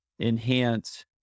enhance